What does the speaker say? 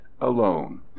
alone